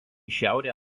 šiaurę